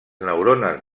neurones